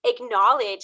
acknowledge